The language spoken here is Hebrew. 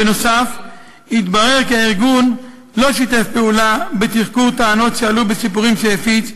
בנוסף התברר כי הארגון לא שיתף פעולה בתחקור טענות שעלו בסיפורים שהפיץ,